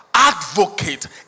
advocate